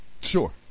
Sure